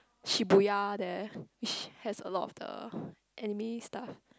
Shibuya there has a lot of the anime stuff